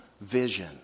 vision